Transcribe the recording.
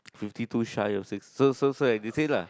fifty two shy of sixty so so so I say lah